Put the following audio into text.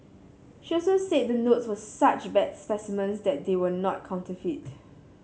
she also said the notes were such bad specimens that they were not counterfeit